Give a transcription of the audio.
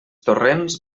torrents